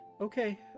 okay